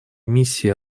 миссии